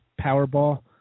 Powerball